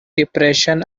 depression